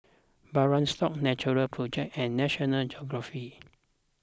Birkenstock Natural Project and National Geographic